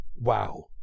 wow